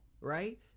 Right